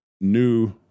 new